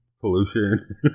pollution